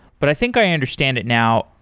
but i think i understand it now.